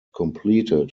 completed